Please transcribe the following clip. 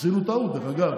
עשינו טעות, דרך אגב.